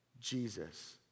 jesus